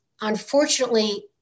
unfortunately